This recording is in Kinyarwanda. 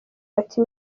bati